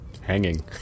Hanging